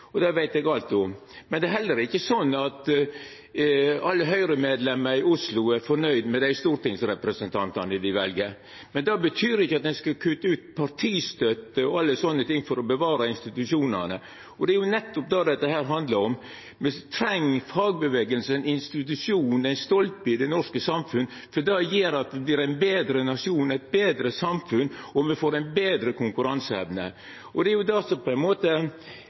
og det veit eg alt om – men det er heller ikkje sånn at alle Høgre-medlemar i Oslo er fornøgde med dei stortingsrepresentantane dei vel. Det betyr ikkje at ein skal kutta ut partistøtte og alle sånne ting for å bevara institusjonane. Det er nettopp det dette handlar om. Me treng fagbevegelsen, institusjonen, ein stolpe i det norske samfunnet, for det gjer at me vert ein betre nasjon, eit betre samfunn, og me får ei betre konkurranseevne. Det er det som på ein måte